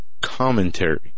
commentary